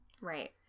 Right